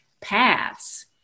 paths